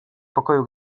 pokoju